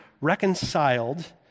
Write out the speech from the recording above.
reconciled